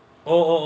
oh oh